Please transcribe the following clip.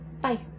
Bye